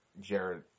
Jared